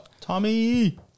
Tommy